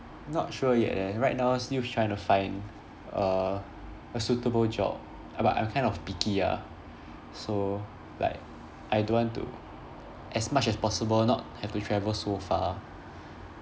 not sure yet eh right now still trying to find uh a suitable job a but I kind of picky ah so like I don't want to as much as possible not have to travel so far